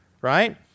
right